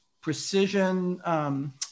precision